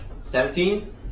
Seventeen